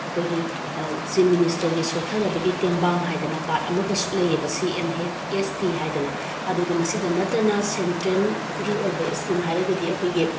ꯑꯩꯈꯣꯏꯒꯤ ꯆꯤꯞ ꯃꯤꯅꯤꯁꯇ꯭ꯔꯒꯤ ꯁꯣꯠꯊꯔꯕꯒꯤ ꯇꯦꯡꯕꯥꯡ ꯍꯥꯏꯗꯅ ꯀꯥꯠ ꯑꯃꯒꯁꯨ ꯂꯩꯑꯦꯕ ꯁꯤ ꯑꯦꯝ ꯑꯦꯁ ꯇꯤ ꯍꯥꯏꯗꯅ ꯑꯗꯨꯒ ꯃꯁꯤꯗ ꯅꯠꯇꯅ ꯁꯦꯟꯇ꯭ꯔꯦꯟꯒꯤ ꯑꯣꯏꯕ ꯏꯁꯀꯤꯝ ꯍꯥꯏꯔꯒꯗꯤ ꯑꯩꯈꯣꯏꯒꯤ